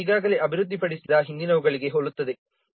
ಇದು ಈಗಾಗಲೇ ಅಭಿವೃದ್ಧಿಪಡಿಸಿದ ಹಿಂದಿನವುಗಳಿಗೆ ಹೋಲುತ್ತದೆ